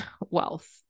wealth